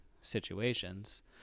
situations